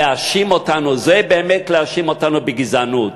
זה באמת להאשים אותנו בגזענות.